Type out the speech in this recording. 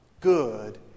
good